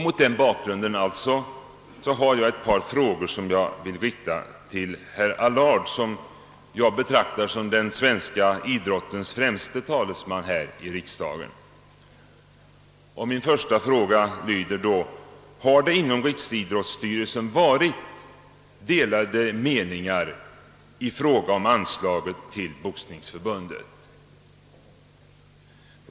Mot den bakgrunden vill jag rikta ett par frågor till herr Allard, som jag betraktar som den svenska idrottens främste talesman här i riksdagen. Min första fråga lyder: Har det inom Riksidrottsförbundet rått delade meningar i fråga om anslaget till Boxningsförbundet?